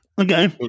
Okay